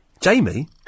Jamie